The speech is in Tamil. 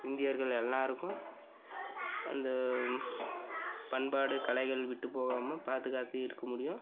இந்தியர்கள் எல்லோருக்கும் அந்த பண்பாடு கலைகள் விட்டு போகாமல் பாதுகாத்து இருக்க முடியும்